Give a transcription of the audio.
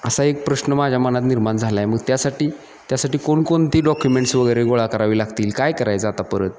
असा एक प्रश्न माझ्या मनात निर्माण झाला आहे मग त्यासाठी त्यासाठी कोणकोणती डॉक्युमेंट्स वगैरे गोळा करावी लागतील काय करायचं आता परत